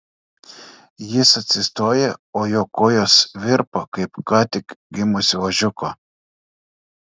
jis atsistoja o jo kojos virpa kaip ką tik gimusio ožiuko